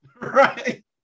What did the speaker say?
Right